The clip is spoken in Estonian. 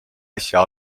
äsja